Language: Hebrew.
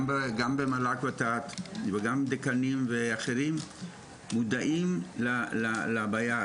גם במל"ג-ות"ת וגם ב --- ואחרים מודעים לבעיה.